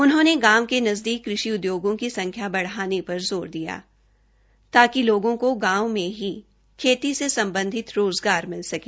उन्होंने गांव के नज़दीक कृषि उद्योगों की संख्या बढ़ाने पर ज़ोर दिया ताकि लोगों को गांव मे ही खेती सम्बधित रोज़गार मिल सके